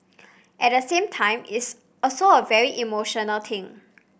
at the same time it's also a very emotional thing